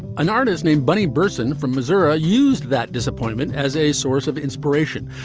an artist named bunny berson from missoura used that disappointment as a source of inspiration.